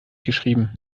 geschrieben